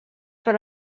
per